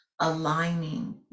aligning